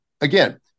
Again